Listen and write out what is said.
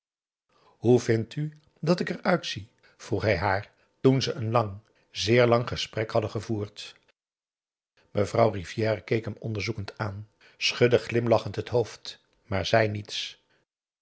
hoe vindt u dat ik er uitzie vroeg hij haar toen ze een lang zeer lang gesprek hadden gevoerd mevrouw rivière keek hem onderzoekend aan schudde glimlachend het hoofd maar zei niets